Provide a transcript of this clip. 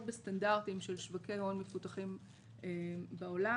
בסטנדרטים של שווקי הון מפותחים בעולם,